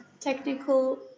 technical